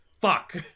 Fuck